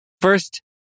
First